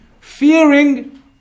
fearing